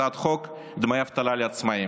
הצעת חוק דמי האבטלה לעצמאים,